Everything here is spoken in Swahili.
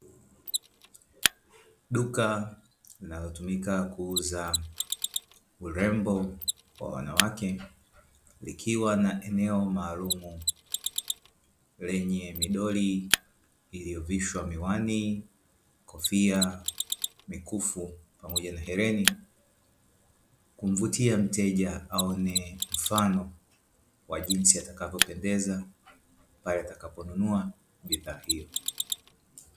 Duka linalotumika kuuza urembo wa wanawake, likiwa na eneo maalumu lenye midoli iliyovishwa miwani, kofia, mikufu pamoja na hereni kumvutia mteja aone mfano wa jinsi atakavyopendeza pale atakaponunua bidhaa hiyo.